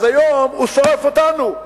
היום הוא שורף אותנו.